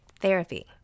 Therapy